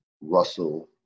Russell